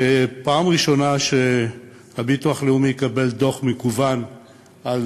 שפעם ראשונה הביטוח הלאומי יקבל דוח מקוון על